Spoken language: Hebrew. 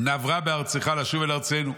נעברה בארצך לשוב אל ארצנו,